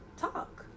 talk